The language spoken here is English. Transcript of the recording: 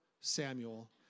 Samuel